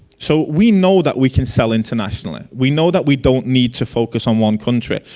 so we know that, we can sell internationally. we know that we don't need to focus on one country.